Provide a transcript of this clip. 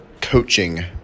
coaching